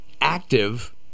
active